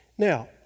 Now